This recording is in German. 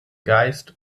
geist